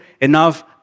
enough